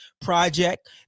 project